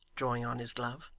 drawing on his glove.